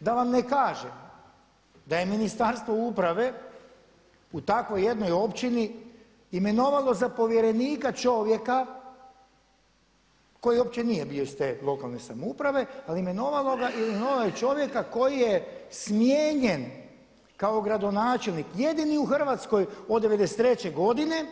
Da vam ne kažem da je Ministarstvo uprave u takvoj jednoj općini imenovalo za povjerenika čovjeka koji uopće nije bio iz te lokalne samouprave ali imenovalo ga i imenovao je čovjeka koji je smijenjen kao gradonačelnik, jedini u Hrvatsko jod '93. godine